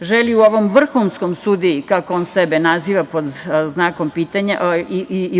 žele ovom vrhunskom sudiji, kako on sebe naziva, pod znakom